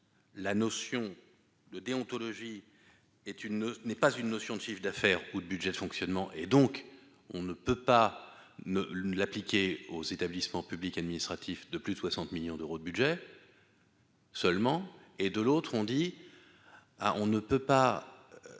la notion de déontologie et tu ne tu n'est pas une notion de chiffre d'affaires ou de budget de fonctionnement, et donc on ne peut pas ne l'appliquer aux établissements publics administratifs de plus de 60 millions d'euros de budget seulement et de l'autre, on dit : ah, on ne peut pas